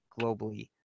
globally